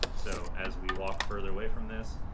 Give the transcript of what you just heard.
so, as we walk further away from this,